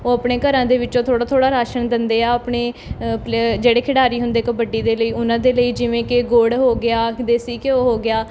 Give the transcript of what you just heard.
ਉਹ ਆਪਣੇ ਘਰਾਂ ਦੇ ਵਿੱਚੋਂ ਥੋੜ੍ਹਾ ਥੋੜ੍ਹਾ ਰਾਸ਼ਨ ਦਿੰਦੇ ਆ ਆਪਣੇ ਪਲੇ ਜਿਹੜੇ ਖਿਡਾਰੀ ਹੁੰਦੇ ਕਬੱਡੀ ਦੇ ਲਈ ਉਹਨਾਂ ਦੇ ਲਈ ਜਿਵੇਂ ਕਿ ਗੁੜ ਹੋ ਗਿਆ ਦੇਸੀ ਕ ਘਿਓ ਹੋ ਗਿਆ